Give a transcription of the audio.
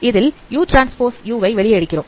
இதில் u transpose u வை வெளியே எடுக்கிறோம்